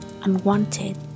unwanted